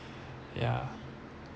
yeah